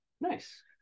Nice